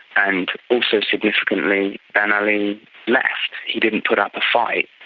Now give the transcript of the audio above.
and also significantly ben ali left. he didn't put up a fight.